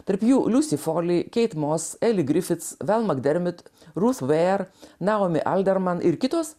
tarp jų liusi foli keit mos eli grifits velmak dermit rus vėr naomi alderman ir kitos